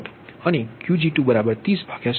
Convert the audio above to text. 5 અને Qg2 30100 તેથી unit દીઠ 0